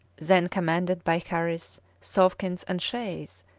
then commanded by harris, sawkins, and shays,